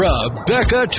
Rebecca